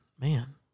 Man